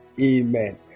Amen